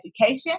Education